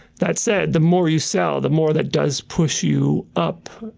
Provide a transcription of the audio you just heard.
that said, the more you sell, the more that does push you up.